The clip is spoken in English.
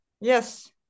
Yes